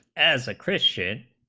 as a christian